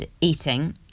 eating